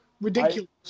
ridiculous